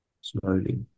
slowly